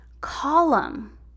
column